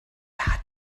hat